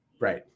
right